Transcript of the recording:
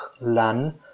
lan